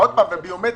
עוד פעם, בביומטרי.